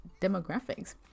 demographics